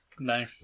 No